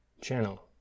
channel